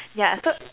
yeah so